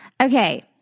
Okay